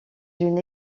une